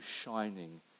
shining